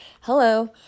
Hello